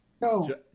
No